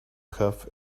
have